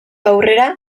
aurrera